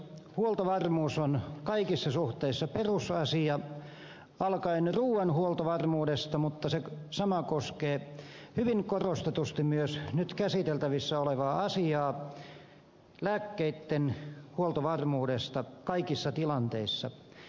huoltovarmuus on kaikissa suhteissa perusasia alkaen ruuan huoltovarmuudesta mutta sama koskee hyvin korostetusti myös nyt käsiteltävänä olevaa asiaa lääkkeitten huoltovarmuutta kaikissa tilanteissa